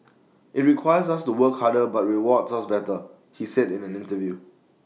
IT requires us to work harder but rewards us better he said in an interview